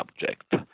subject